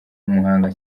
w’umuhanga